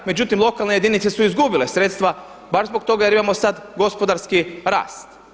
Međutim, lokalne jedinice su izgubile sredstva baš zbog toga jer imamo sad gospodarski rast.